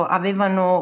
avevano